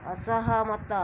ଅସହମତ